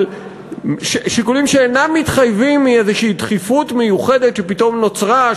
אבל שיקולים שאינם מתחייבים מאיזושהי דחיפות מיוחדת שפתאום נוצרה,